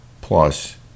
plus